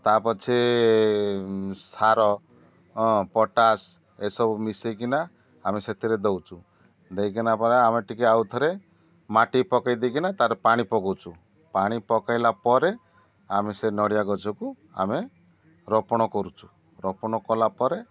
ତା ପଛେ ସାର ପଟାସ୍ ଏସବୁ ମିଶେଇକିନା ଆମେ ସେଥିରେ ଦେଉଛୁ ଦେଇକିନା ପରେ ଆମେ ଟିକେ ଆଉ ଥରେ ମାଟି ପକେଇଦେଇକିନା ତାର ପାଣି ପକୋଉଛୁ ପାଣି ପକେଇଲା ପରେ ଆମେ ସେ ନଡ଼ିଆ ଗଛକୁ ଆମେ ରୋପଣ କରୁଛୁ ରୋପଣ କଲା ପରେ